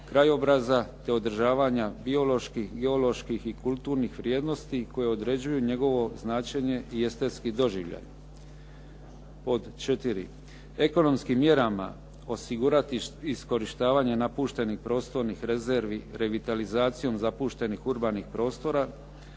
krajobraza te održavanja bioloških, geoloških i kulturnih vrijednosti koje određuju njegovo značenje i estetski doživljaj. Pod 4. ekonomskim mjerama osigurati iskorištavanje napuštenih prostornih rezervi revitalizacijom zapuštenih urbanih prostora